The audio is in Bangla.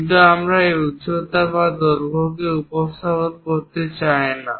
কিন্তু আমরা এই উচ্চতা বা দৈর্ঘ্যকে উপস্থাপন করতে চাই না